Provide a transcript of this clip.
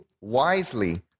wisely